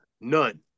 None